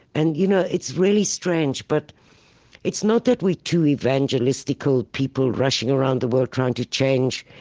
and, you know, it's really strange but it's not that we're two evangelistical people rushing around the world, trying to change,